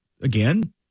again